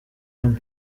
hano